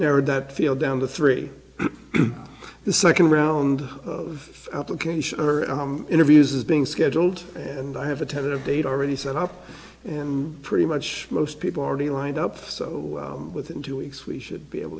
narrowed that field down to three the second round of application interviews is being scheduled and i have a tentative date already set up and pretty much most people already lined up so within two weeks we should be able